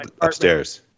upstairs